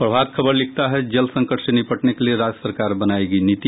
प्रभात खबर लिखता है जल संकट से निपटने के लिये राज्य सरकार बनायेगी नीति